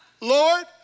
Lord